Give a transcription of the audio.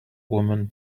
woman